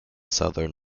southern